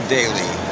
Daily